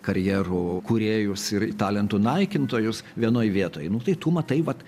karjerų kūrėjus ir talentų naikintojus vienoj vietoj nu tai tu matai vat